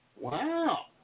Wow